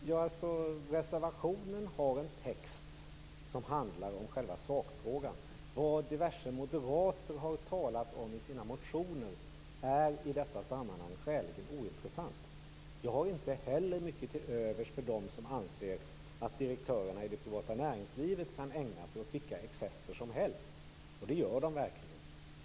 Fru talman! Reservationen har en text som handlar om själva sakfrågan. Vad diverse moderater har talat om i sina motioner är i detta sammanhang skäligen ointressant. Jag har inte heller mycket till övers för dem som anser att direktörerna i det privata näringslivet kan ägna sig åt vilka excesser som helst - och det gör de verkligen.